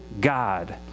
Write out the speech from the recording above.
God